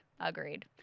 Agreed